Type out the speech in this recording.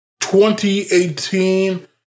2018